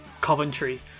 Coventry